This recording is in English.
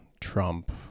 Trump